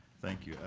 thank you.